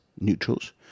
Neutrals